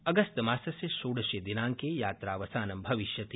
अगस्त मासस्य षोडशे दिनांके यात्रावसानं भविष्यति